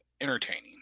entertaining